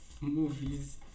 movies